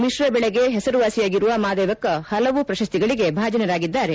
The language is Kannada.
ಮಿತ್ರ ಬೆಳೆಗೆ ಹೆಸರುವಾಸಿಯಾಗಿರುವ ಮಾದೇವಕ್ಕ ಪಲವು ಪ್ರಶಸ್ತಿಗಳಿಗೆ ಭಾಜನರಾಗಿದ್ದಾರೆ